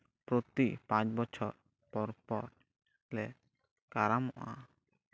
ᱯᱨᱚᱛᱤ ᱯᱟᱸᱪ ᱵᱚᱪᱷᱚᱨ ᱯᱚᱨᱼᱯᱚᱨ ᱞᱮ ᱠᱟᱨᱟᱢᱚᱜᱼᱟ